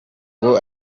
ngo